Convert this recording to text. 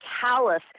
callous